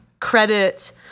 credit